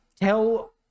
Tell